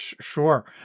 Sure